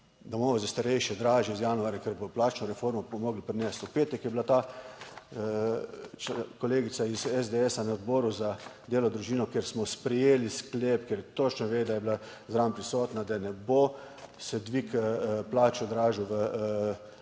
domove za starejše dražje od januarja, ker bodo plačno reformo mogli prinesti. V petek, je bila ta kolegica iz SDS na Odboru za delo, družino, kjer smo sprejeli sklep, ker točno ve, da je bila zraven prisotna, da ne bo se dvig plač odražal v